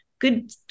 Good